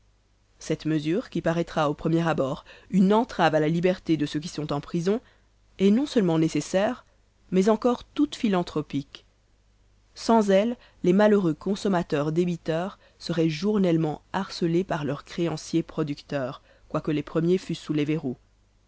cette mesure qui paraîtra au premier abord une entrave à la liberté de ceux qui sont en prison est non-seulement nécessaire mais encore toute philantropique sans elle les malheureux consommateurs débiteurs seraient journellement harcelés par leurs créanciers producteurs quoique les premiers fussent sous les verroux